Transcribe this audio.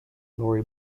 lori